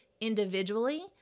individually